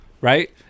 right